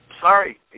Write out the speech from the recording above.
Sorry